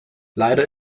leider